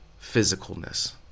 physicalness